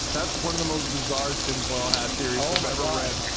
that's one of the most bizarre tinfoil hat theories i've ever read.